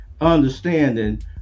understanding